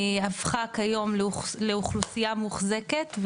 הפכה כיום לאוכלוסייה מוחזקת,